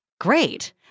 great